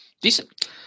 Decent